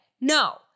No